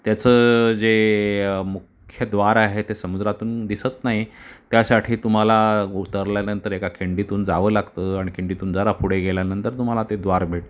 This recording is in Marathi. त्याचं जे मुख्य द्वार आहे ते समुद्रातून दिसत नाही त्यासाठी तुम्हाला उतरल्यानंतर एका खिंडीतून जावं लागतं आणि खिंडीतून जरा पुढे गेल्यानंतर तुम्हाला ते द्वार भेटतं